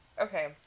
okay